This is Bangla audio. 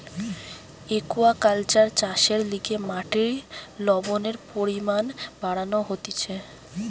একুয়াকালচার চাষের লিগে মাটির লবণের পরিমান বাড়ানো হতিছে